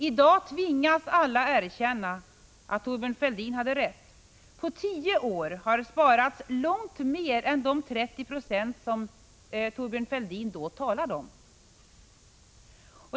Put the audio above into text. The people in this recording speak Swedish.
I dag tvingas alla erkänna att Thorbjörn Fälldin hade rätt. På tio år har det sparats långt mer än de 30 96 som Thorbjörn Fälldin då talade om.